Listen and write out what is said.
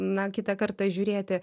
na kitą kartą žiūrėti